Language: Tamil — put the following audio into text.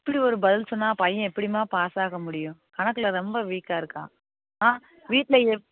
இப்படி ஒரு பதில் சொன்னால் பையன் எப்படிம்மா பாஸாக முடியும் கணக்கில் ரொம்ப வீக்காக இருக்கான் வீட்டில் எப்